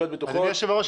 אדוני היושב ראש,